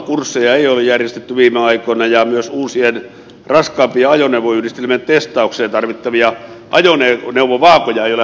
valvontakursseja ei ole järjestetty viime aikoina ja myöskään uusien raskaampien ajoneuvoyhdistelmien testaukseen tarvittavia ajoneuvovaakoja ei ole hankittu